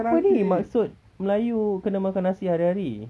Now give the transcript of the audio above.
apa ni maksud melayu kena makan nasi hari-hari